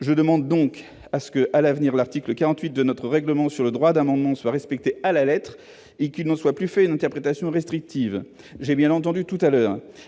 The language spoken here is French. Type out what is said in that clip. Je demande donc qu'à l'avenir l'article 48 de notre règlement sur le droit d'amendement soit respecté à la lettre et qu'il n'en soit plus donné une interprétation restrictive. J'ai bien entendu